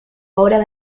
obras